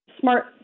Smart